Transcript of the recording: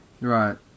Right